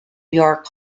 york